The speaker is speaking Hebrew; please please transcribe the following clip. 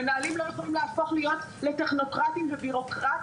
מנהלים לא יכולים להפוך להיות טכנוקרטים וביורוקרטיים.